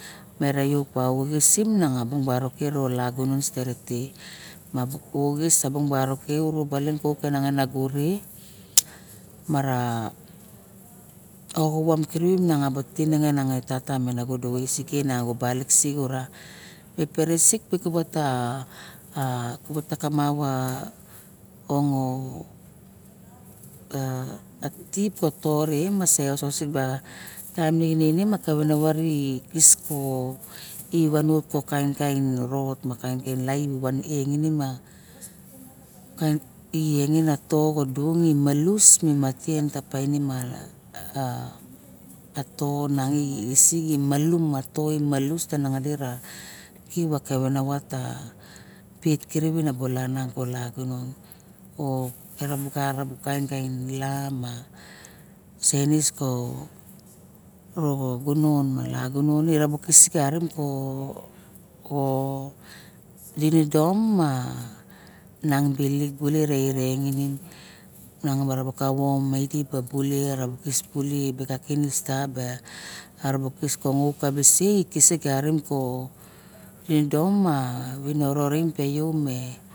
Erabo uxis obaling a bung barok ke kaniang e tata me nago du to hones emin kananinag uruo baling alagunon te nago moxa tanininginen kaning baking a taim misila ixi kadik pasin moxo painim kevenabot lamun ninginion ri malu ko pasin moxa painim kevenavat moxa steretim mulagunon bara tue malusim ra uxis odek bung barok ke nago epere xaning bara tongonian rauxis abung barok ke nago me tata niang idu tubuonese er min.